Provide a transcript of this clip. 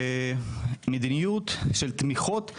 מדיניות של תמיכות,